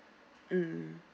mm